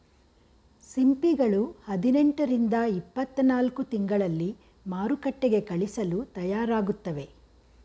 ಸಿಂಪಿಗಳು ಹದಿನೆಂಟು ರಿಂದ ಇಪ್ಪತ್ತನಾಲ್ಕು ತಿಂಗಳಲ್ಲಿ ಮಾರುಕಟ್ಟೆಗೆ ಕಳಿಸಲು ತಯಾರಾಗುತ್ತವೆ